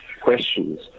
questions